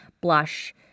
blush